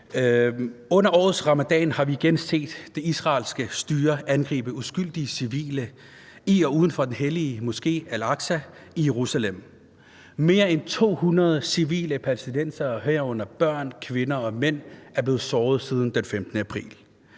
Under årets ramadan har vi igen set det israelske styre angribe uskyldige civile i og uden for den hellige Al-Aqsa-moské i Jerusalem. Mere end 200 civile palæstinensere, herunder børn, kvinder og mænd, er blevet såret siden den 15. april.